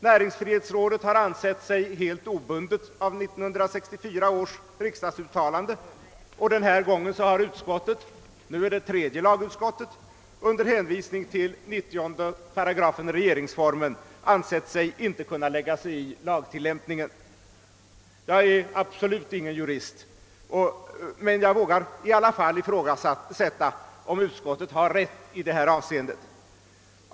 Näringsfrihetsrådet har ansett sig helt obundet av 1964 års riksdagsuttalande, och den här gången har utskottet — nu är det tredje lagutskottet — under hänvisning till 90 § regeringsformen ansett sig inte kunna lägga sig i lagtillämpningen. Jag är absolut ingen jurist, men jag vågar i alla fall ifrågasätta, om ut skottet har rätt i det här avseendet.